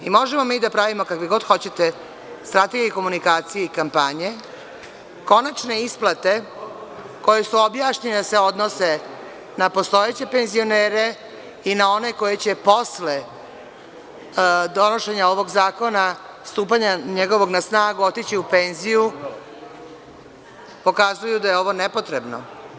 Možemo mi da pravimo kakve god hoćete strategije komunikacije i kampanje, konačne isplate koje su objašnjenje se odnose na postojeće penzionere i na one koji će posle donošenja ovog zakona, njegovog stupanja na snagu otići u penziju, pokazuju da je ovo nepotrebno.